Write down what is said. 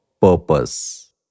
purpose